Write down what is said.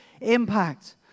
impact